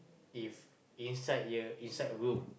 if inside here inside room